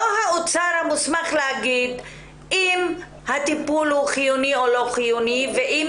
האוצר לא מוסמך להגיד אם הטיפול הוא חיוני או לא חיוני ואם